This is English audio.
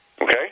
okay